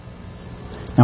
Now